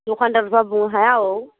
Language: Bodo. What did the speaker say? दखानदारफ्रा बुंनो हाया औ